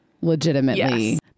legitimately